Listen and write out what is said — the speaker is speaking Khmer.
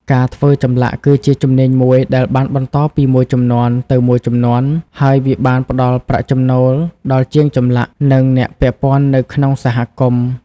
ការធ្វើចម្លាក់គឺជាជំនាញមួយដែលបានបន្តពីមួយជំនាន់ទៅមួយជំនាន់ ហើយវាបានផ្តល់ប្រាក់ចំណូលដល់ជាងចម្លាក់ និងអ្នកពាក់ព័ន្ធនៅក្នុងសហគមន៍។